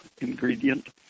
ingredient